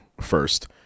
first